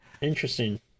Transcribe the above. interesting